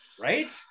Right